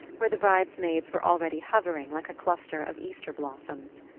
where the bridesmaids were already hovering like a cluster of easter blossoms.